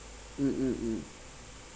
mm mm mm